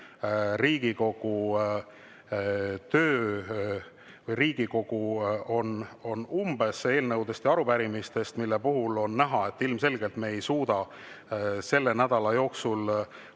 Aga kui Riigikogu on umbes eelnõudest ja arupärimistest, mille puhul on näha, et ilmselgelt me ei suuda selle nädala jooksul